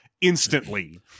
instantly